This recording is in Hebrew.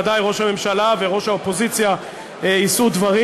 ודאי ראש הממשלה וראש האופוזיציה יישאו דברים.